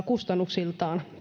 kustannuksia